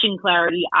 clarity